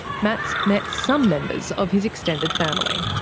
matt's met some members of his extended family.